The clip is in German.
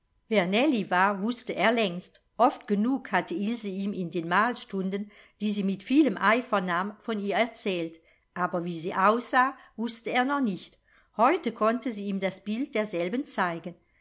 wer nellie war wußte er längst oft genug hatte ilse ihm in den malstunden die sie mit vielem eifer nahm von ihr erzählt aber wie sie aussah wußte er noch nicht heute konnte sie ihm das bild derselben zeigen